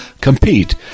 compete